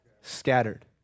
scattered